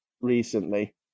recently